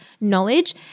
knowledge